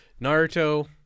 Naruto